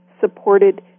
supported